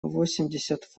восемьдесят